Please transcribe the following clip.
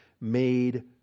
made